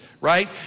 right